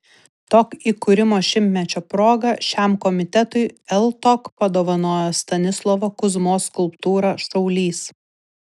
tok įkūrimo šimtmečio proga šiam komitetui ltok padovanojo stanislovo kuzmos skulptūrą šaulys